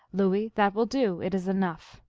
louis, that will do. it is enough.